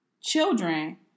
children